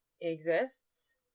exists